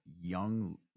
young